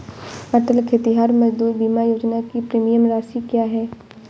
अटल खेतिहर मजदूर बीमा योजना की प्रीमियम राशि क्या है?